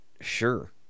sure